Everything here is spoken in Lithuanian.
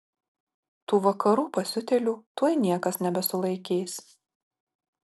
tų vakarų pasiutėlių tuoj niekas nebesulaikys